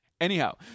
Anyhow